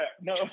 no